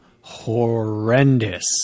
horrendous